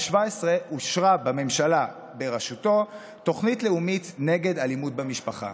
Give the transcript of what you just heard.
אושרה בממשלה בראשותו תוכנית לאומית נגד אלימות במשפחה.